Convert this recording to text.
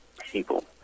people